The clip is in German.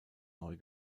neu